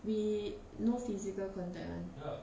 we no physical contact [one]